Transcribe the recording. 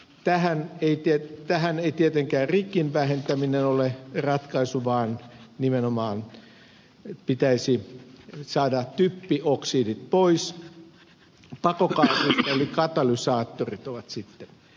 tähän ei tietenkään rikin vähentäminen ole ratkaisu vaan nimenomaan pitäisi saada typpioksidit pois pakokaasuista eli katalysaattorit ovat sitten käytettävissä